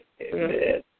Amen